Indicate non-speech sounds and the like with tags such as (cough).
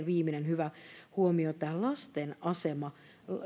(unintelligible) viimeinen hyvä huomio oli ehkä tämä lasten asema